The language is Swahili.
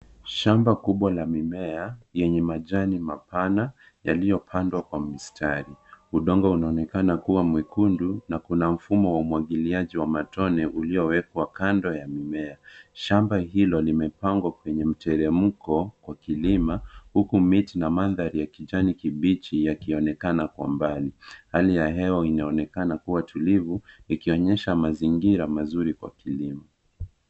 Shamba kubwa la mimea yenye majani mapana yaliyopandwa kwa mistari. Udongo unaonekana kuwa mwekundu na kuna mfumo wa umwagiliaji wa matone uliowekwa kando ya mimea. Shamba hilo limepangwa kwenye mteremko kwa kilima, huku miti na mandhari ya kijani kibichi yakionekana kwa mbali. Hali ya hewa inaonekana kuwa tulivu ikionyesha mazingira mazuri kwa kilimo.